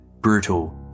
brutal